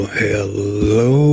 hello